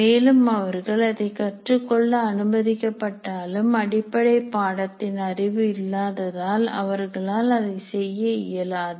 மேலும் அவர்கள் அதை கற்றுக்கொள்ள அனுமதிக்கப்பட்டாலும் அடிப்படை பாடத்தின் அறிவு இல்லாததால் அவர்களால் அதை செய்ய இயலாது